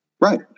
Right